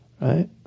right